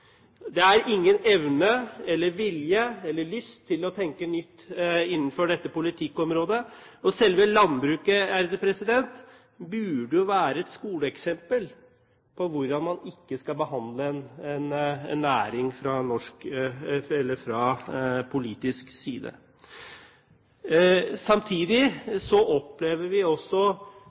Det er ingen evne, vilje eller lyst til å tenke nytt innenfor dette politikkområdet. Selve landbruket burde jo være et skoleeksempel på hvordan man ikke skal behandle en næring fra politisk side. Samtidig opplever vi